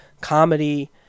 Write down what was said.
comedy